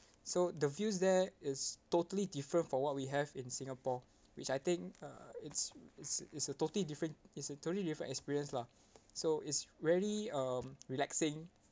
so the views there is totally different from what we have in singapore which I think uh it's it's it's a totally different it's a totally different experience lah so it's really um relaxing